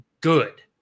good